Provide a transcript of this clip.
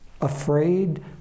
afraid